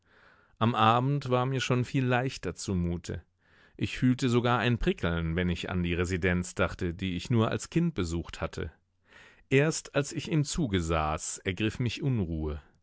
am abend war mir schon viel leichter zumute ich fühlte sogar ein prickeln wenn ich an die residenz dachte die ich nur als kind besucht hatte erst als ich im zuge saß ergriff mich unruhe